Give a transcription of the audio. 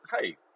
hey